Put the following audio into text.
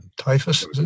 typhus